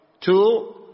Two